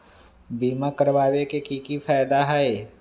बीमा करबाबे के कि कि फायदा हई?